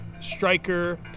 striker